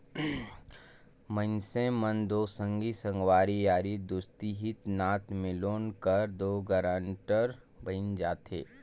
मइनसे मन दो संगी संगवारी यारी दोस्ती हित नात में लोन कर दो गारंटर बइन जाथे